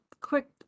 quick